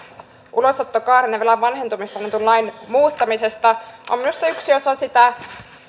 ulosottokaaren ja velan vanhentumisesta annetun lain muuttamisesta on minusta yksi osa sitä